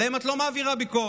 עליהם את לא מעבירה ביקורת.